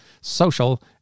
social